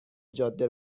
جاده